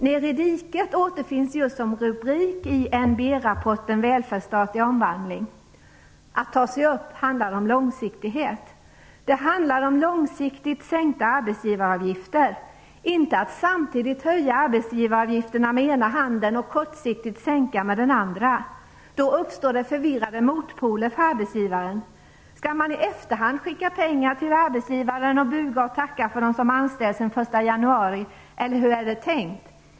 Ner i diket återfinns just som rubrik i NBER-rapporten Välfärdsstat i omvandling. Att ta sig upp handlar om långsiktighet. Det handlar om långsiktigt sänkta arbetsgivaravgifter - inte om att samtidigt höja arbetsgivaravgifterna med den ena handen och att kortsiktigt sänka med den andra. Då uppstår det förvirrande motpoler för arbetsgivaren. Skall man i efterhand skicka pengar till arbetsgivaren och buga och tacka för dem som anställts efter den 1 januari, eller hur är det tänkt?